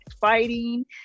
fighting